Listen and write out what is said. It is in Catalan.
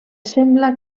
sembla